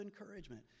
encouragement